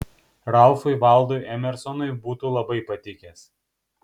ralfui valdui emersonui būtų labai patikęs